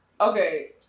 Okay